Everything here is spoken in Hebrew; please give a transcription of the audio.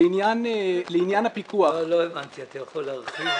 לעניין הפיקוח -- לא הבנתי, אתה יכול להרחיב?